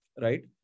right